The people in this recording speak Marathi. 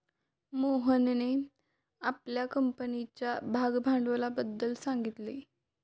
मोहनने आपल्या कंपनीच्या भागभांडवलाबद्दल सांगितले